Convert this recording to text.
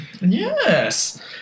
yes